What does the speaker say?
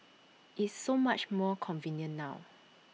it's so much more convenient now